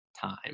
time